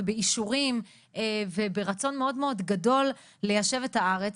באישורים וברצון מאוד מאוד גדול ליישב את הארץ.